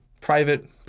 private